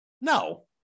No